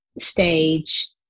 stage